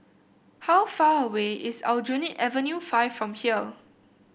how far away is Aljunied Avenue Five from here